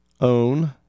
own